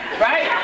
right